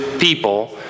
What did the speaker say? people